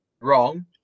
wrong